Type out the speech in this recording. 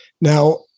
Now